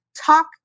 talk